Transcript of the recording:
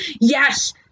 Yes